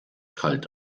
kalt